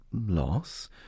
loss